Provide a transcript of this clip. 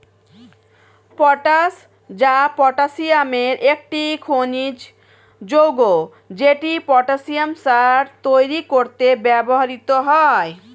potash, যা পটাসিয়ামের একটি খনিজ যৌগ, সেটি পটাসিয়াম সার তৈরি করতে ব্যবহৃত হয়